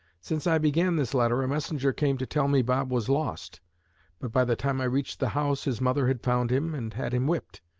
since i began this letter a messenger came to tell me bob was lost but by the time i reached the house his mother had found him and had him whipped.